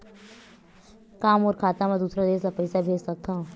का मोर खाता म दूसरा देश ले पईसा भेज सकथव?